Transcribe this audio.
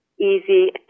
Easy